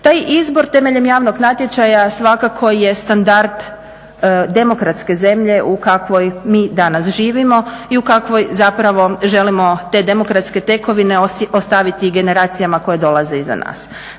Taj izbor temeljem javnog natječaja svakako je standard demokratske zemlje u kakvoj mi danas živimo i u kakvoj želimo te demokratske tekovine ostaviti generacijama koje dolaze iza nas.